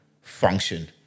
function